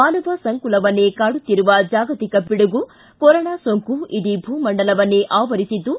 ಮಾನವ ಸಂಕುಲನವನವನ್ನೇ ಕಾಡುತ್ತಿರುವ ಚಾಗತಿಕ ಪಿಡುಗು ಕೊರೊನಾ ಸೋಂಕು ಇಡೀ ಭೂ ಮಂಡಲವನ್ನೇ ಆವರಿಸಿದ್ದು